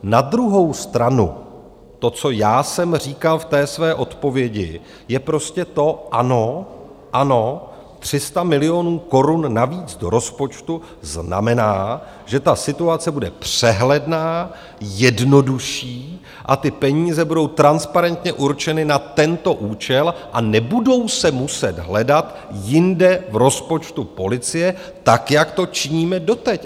Na druhou stranu to, co já jsem říkal v té své odpovědi, je prostě to ano, ano, 300 milionů korun navíc do rozpočtu znamená, že ta situace bude přehledná, jednodušší a ty peníze budou transparentně určeny na tento účel a nebudou se muset hledat jinde v rozpočtu policie tak, jak to činíme doteď.